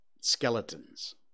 skeletons